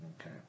Okay